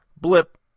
Blip